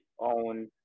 own